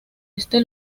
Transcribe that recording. este